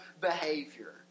behavior